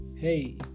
Hey